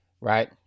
right